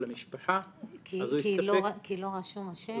למשפחה אז הוא הסתפק --- כי לא רשום השם?